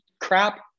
crap